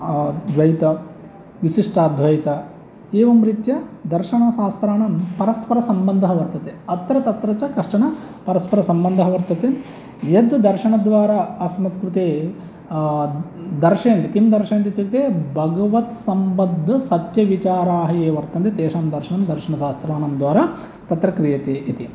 द्वैत विशिष्टाद्वैत एवं रीत्या दर्शनशास्त्राणां परस्परसम्बन्धः वर्तते अत्र तत्र च कश्चन परस्परसम्बन्धः वर्तते यद्दर्शनद्वारा अस्मत्कृते दर्शयन्ति किं दर्शयन्ति इत्युक्ते भगवद्सम्बद्धसत्यविचाराः ये वर्तन्ते तेषां दर्शनं दर्शनसास्त्राणां द्वारा तत्र क्रियते इति